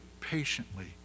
patiently